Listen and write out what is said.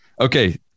Okay